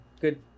good